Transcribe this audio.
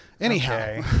Anyhow